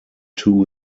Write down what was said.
two